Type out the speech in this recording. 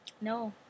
No